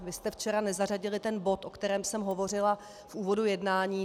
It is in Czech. Vy jste včera nezařadili ten bod, o kterém jsem hovořila v úvodu jednání.